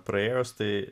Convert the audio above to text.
praėjus tai